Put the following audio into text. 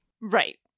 Right